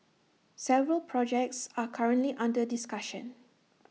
several projects are currently under discussion